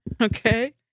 Okay